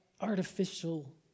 artificial